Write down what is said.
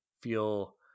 feel